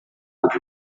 muri